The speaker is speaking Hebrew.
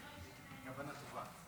כוונה טובה.